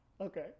Okay